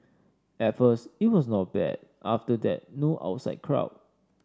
at first it was not bad after that no outside crowd